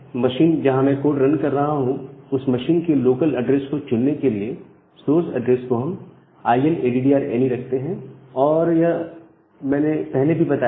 machine जहां मैं code run कर रहा हूं उस मशीन के लोकल ऐड्रेस को चुनने के लिए सोर्स एड्रेस को हम INADDR ANY रखते हैं और यह मैंने पहले भी बताया है